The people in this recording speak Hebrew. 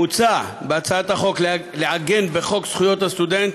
מוצע בהצעת החוק לעגן בחוק זכויות הסטודנט